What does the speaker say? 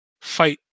fight